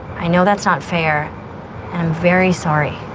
i know that's not fair. i'm very sorry.